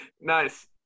Nice